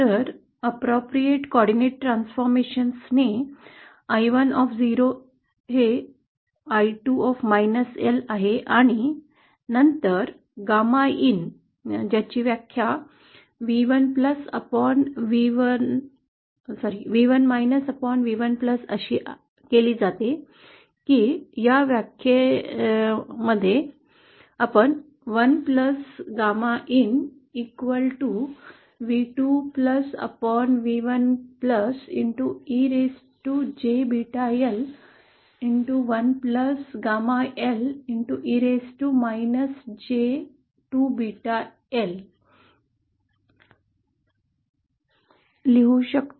तर योग्य समन्वय परिवर्तन ने I1 आहे I2 आणि नंतर गॅमा इन ज्याची व्याख्या v1 v1 अशी केली जाते की या व्याख्येसह आपण 1GAMAin v2 v1 e raised jbeta l1 gamma l e raised लिहू शकतो